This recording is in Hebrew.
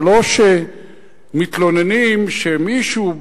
זה לא שמתלוננים שמישהו,